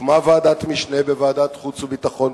הוקמה ועדת משנה בוועדת החוץ והביטחון,